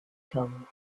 tone